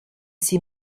see